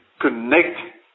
connect